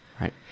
Right